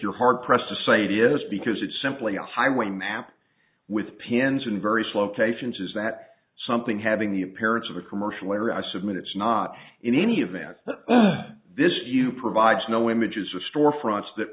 you're hard pressed to say it is because it's simply a highway map with pins in various locations is that something having the appearance of a commercial area i submit it's not in any event this you provides no images of storefronts that